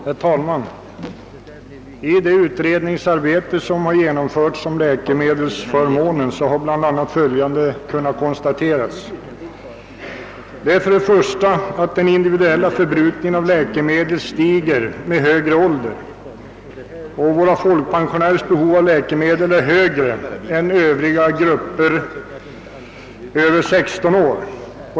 Herr talman! I det utredningsarbete som har genomförts om läkemedelsförmåner har bl.a. följande kunnat konstateras: Den individuella förbrukningen av läkemedel stiger med högre ålder, och våra folkpensionärers behov av läkemedel är större än för övriga grupper över 16 år.